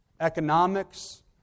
economics